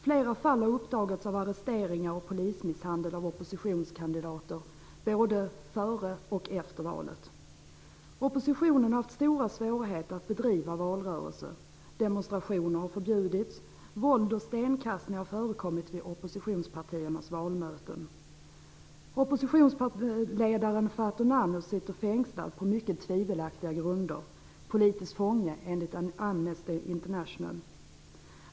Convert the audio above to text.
Flera fall av arresteringar och polismisshandel av oppositionskandidater har uppdagats både före och efter valet. Oppositionen har haft stora svårigheter att bedriva valrörelse. Demonstrationer har förbjudits. Våld och stenkastning har förekommit vid oppositionspartiernas valmöten. Oppositionsledaren Fato Nano sitter fängslad på mycket tvivelaktiga grunder. Han är politisk fånge enligt Amnesty International.